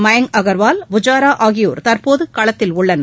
மயங் அகர்வால் புஜாரா ஆகியோர் தற்போது களத்தில் உள்ளனர்